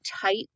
tight